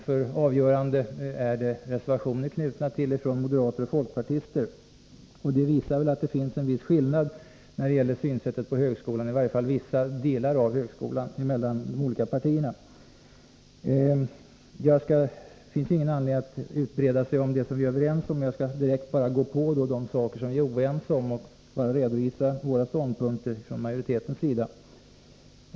för avgörande är reservationer knutna från moderater och folkpartister. Det visar att det finns en viss skillnad mellan de olika partiernas synsätt på högskolan eller i varje fall på vissa delar av högskolan. Det finns ingen anledning att utbreda sig om det som vi är överens om. Jag skall direkt gå på de saker som vi är oense om och bara redovisa våra ståndpunkter från majoritetens sida.